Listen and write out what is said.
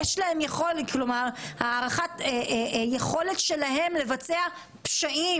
או רואה חשבון היכולת שלהם לבצע פשעים